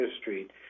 Street